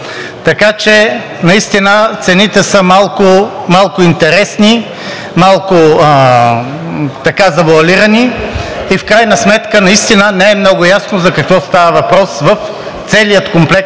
Така че цените са малко интересни, малко завоалирани и в крайна сметка наистина не е много ясно за какво става въпрос в целия комплект от